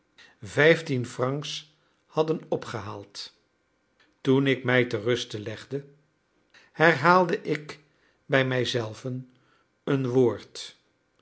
vijftien francs hadden opgehaald toen ik mij te ruste legde herhaalde ik bij mijzelven een woord